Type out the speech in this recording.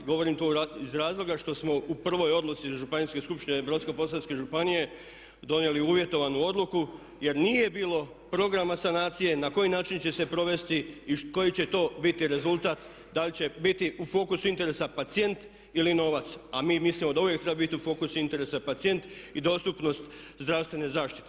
Govorim to iz razloga što smo u prvoj odluci Županijske skupštine brodsko-posavske županije donijeli uvjetovanu odluku, jer nije bilo programa sanacije na koji način će se provesti i koji će to biti rezultat, da li će biti u fokusu interesa pacijent ili novac, a mi mislimo da uvijek treba biti u fokusu interesa pacijent i dostupnost zdravstvene zaštite.